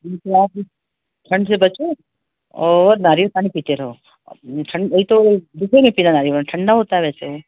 ठीक है अओ फ़िर ठंड से बचो और नारियल पानी पीते रहो ठंड वही तो बिलकुल मत पीना ठंडा होता है वैसे